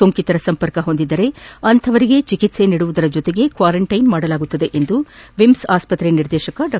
ಸೋಂಕಿತರ ಸಂಪರ್ಕ ಹೊಂದಿದ್ದರೆ ಅಂತವರಿಗೆ ಚಿಕಿತ್ಸೆ ನೀಡುವುದರ ಜೊತೆಗೆ ಕ್ವಾರಂಟೈನ್ ಮಾಡಲಾಗುವುದು ಎಂದು ವಿಮ್ನ್ ಆಸ್ಪತ್ರೆ ನಿರ್ದೇಶಕ ಡಾ